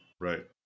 Right